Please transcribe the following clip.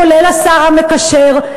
כולל השר המקשר,